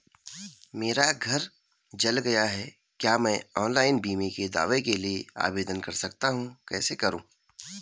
मेरा घर जल गया है क्या मैं ऑनलाइन बीमे के दावे के लिए आवेदन कर सकता हूँ कैसे करूँ?